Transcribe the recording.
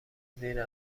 زیر